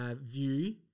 view